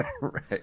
Right